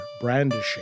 brandishing